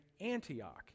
Antioch